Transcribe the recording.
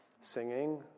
singing